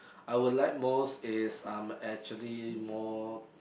I will like most is um actually more